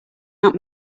not